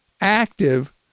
active